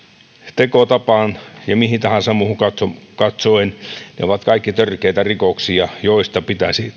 tekotapaan ja mihin tahansa muuhun katsoen katsoen ne ovat kaikki törkeitä rikoksia joista pitäisi